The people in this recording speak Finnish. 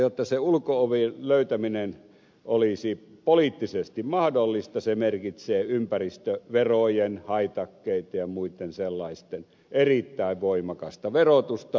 jotta sen ulko oven löytäminen olisi poliittisesti mahdollista se merkitsee silloin ympäristöverojen haitakkeiden ja muiden sellaisten erittäin voimakasta verotusta